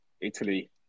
Italy